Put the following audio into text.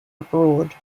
abroad